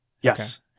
Yes